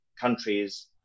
countries